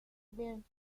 bien